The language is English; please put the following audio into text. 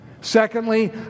Secondly